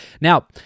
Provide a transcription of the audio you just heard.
now